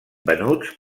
venuts